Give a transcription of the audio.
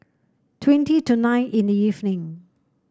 twenty to nine in the evening